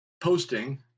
posting